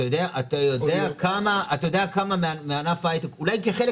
אתה יודע כמה מענף ההייטק אולי כחלק